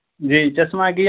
جی چسمہ گیا